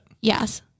Yes